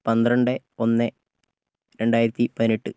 പന്ത്രണ്ട് ഒന്ന് രണ്ടായിരത്തിപ്പതിനെട്ട്